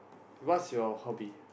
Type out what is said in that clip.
what's your hobby